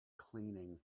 cleaning